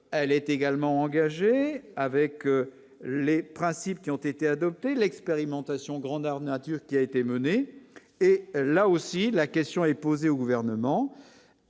elle est également engagée avec les principes qui ont été adoptées, l'expérimentation grandeur nature qui a été menée, et là aussi, la question est posée au gouvernement,